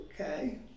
okay